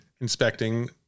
inspecting